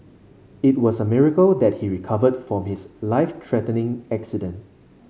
it was a miracle that he recovered from his life threatening accident